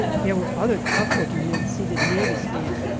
there were other tough-looking men seated near this man,